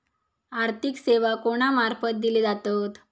आर्थिक सेवा कोणा मार्फत दिले जातत?